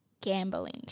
gambling